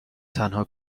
تنها